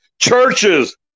Churches